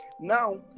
Now